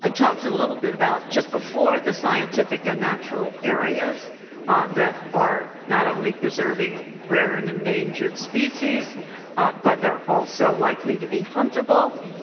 ah talked a little bit about just before the scientific and natural areas ah that are not only preserving rare and endangered species but are also likely to be on trouble